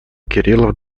кириллов